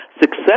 Success